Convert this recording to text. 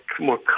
more